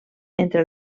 entre